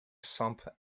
sump